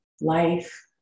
Life